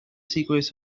secrets